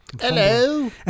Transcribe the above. Hello